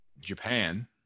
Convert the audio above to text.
Japan